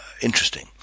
interesting